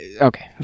Okay